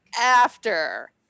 after-